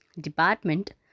department